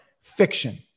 fiction